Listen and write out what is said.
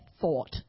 thought